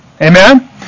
Amen